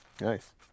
nice